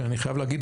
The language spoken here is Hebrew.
שאני חייב להגיד,